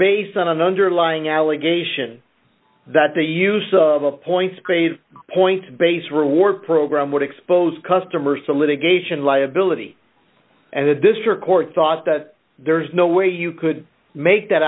based on an underlying allegation that the use of a points grade point based reward program would expose customers to litigation liability and the district court thought that there's no way you could make that